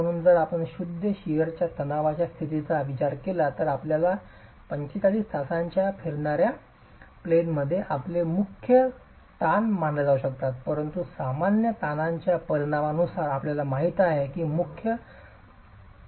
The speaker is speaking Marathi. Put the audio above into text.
म्हणूनच जर आपण शुद्ध शिअरच्या तणावाच्या स्थितीचा विचार केला तर आपल्या 45 तासाच्या फिरणार्या प्लेन मधे आपले मुख्य ताण मानले जाऊ शकतात परंतु सामान्य ताणांच्या परिमाणानुसार आपल्याला माहित आहे की मुख्य तणावाची दिशा बदलेल